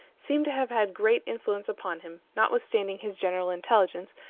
seem to have had great influence upon him, notwithstanding his general intelligence,